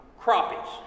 crappies